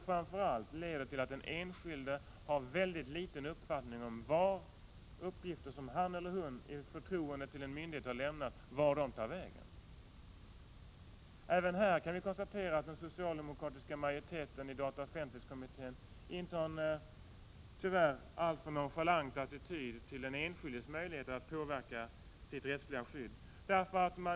Framför allt leder detta till att den enskilde har väldigt liten uppfattning om vart uppgifter som han eller hon i förtroende har lämnat till en myndighet tar vägen. Även här kan vi konstatera att den socialdemokratiska majoriteten i dataoch offentlighetskommittén tyvärr intar en alltför nonchalant attityd till den enskildes möjlighet att påverka sitt rättsliga skydd.